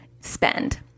spend